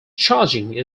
charging